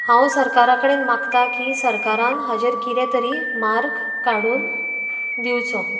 हांव सरकारा कडेन मागतां की सरकारान हाजेर कितें तरी मार्ग काडून दिवचो